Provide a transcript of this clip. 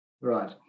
Right